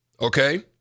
okay